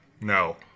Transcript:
No